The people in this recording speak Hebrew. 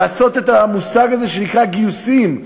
לעשות את המושג הזה שנקרא "גיוסים",